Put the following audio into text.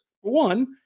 one